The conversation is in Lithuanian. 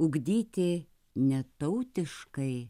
ugdyti ne tautiškai